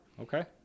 Okay